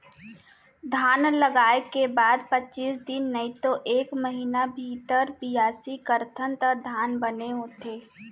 धान लगाय के बाद पचीस दिन नइतो एक महिना भीतर बियासी करथन त धान बने होथे